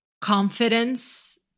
confidence